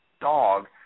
dog